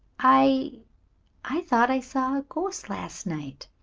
i i thought i saw a ghost last night.